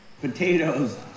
Potatoes